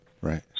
right